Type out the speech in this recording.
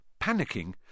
Panicking